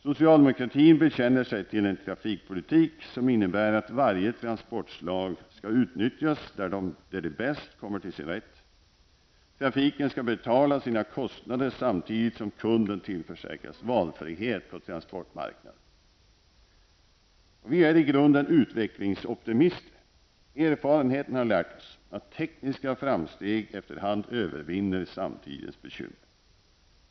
Socialdemokratin bekänner sig till en trafikpolitik som innebär att varje transportslag skall utnyttjas där det bäst kommer till sin rätt. Trafiken skall betala sina kostnader samtidigt som kunden tillförsäkras valfrihet på transportmarknaden. Vi är i grunden utvecklingsoptimister. Erfarenheterna har lärt oss att tekniska framsteg efter hand övervinner samtidens bekymmer.